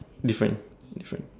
different different